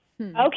Okay